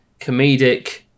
comedic